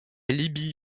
libye